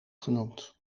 genoemd